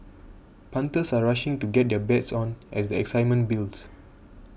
punters are rushing to get their bets on as the excitement builds